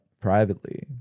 privately